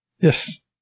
Yes